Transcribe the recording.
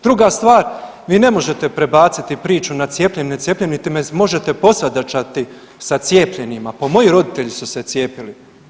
Druga stvar, vi ne možete prebaciti priču na cijepljen, necijepljen niti me možete posvađati sa cijepljenima, pa moji roditelji su se cijepili.